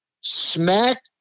smack